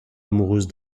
amoureuse